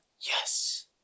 Yes